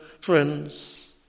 friends